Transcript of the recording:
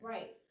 Right